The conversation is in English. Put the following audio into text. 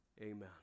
Amen